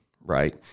right